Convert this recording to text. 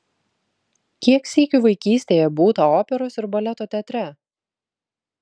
kiek sykių vaikystėje būta operos ir baleto teatre